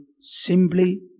simply